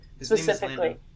specifically